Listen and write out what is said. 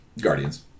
Guardians